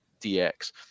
DX